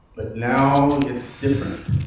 now and it's different.